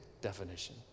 definition